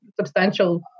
substantial